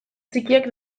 txikiak